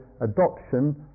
adoption